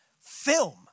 film